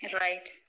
Right